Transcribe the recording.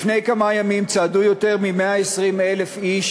לפני כמה ימים צעדו יותר מ-120,000 איש